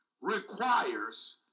requires